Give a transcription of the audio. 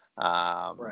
Right